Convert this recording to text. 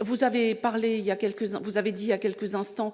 Vous avez indiqué, il y a quelques instants,